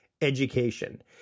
Education